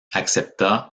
accepta